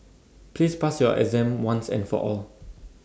please pass your exam once and for all